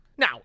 Now